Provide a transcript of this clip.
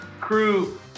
crew